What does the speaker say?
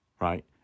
right